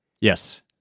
Yes